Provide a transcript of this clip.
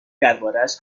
دربارهاش